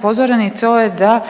upozoreni to je da